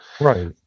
Right